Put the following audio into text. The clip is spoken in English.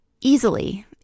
easily